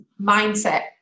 mindset